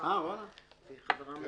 אישה מאוד